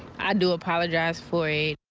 i do apologize for e.